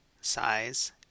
size